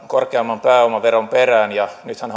korkeamman pääomaveron perään että nythän hallitukselta on